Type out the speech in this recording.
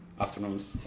afternoons